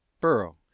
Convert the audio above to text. Borough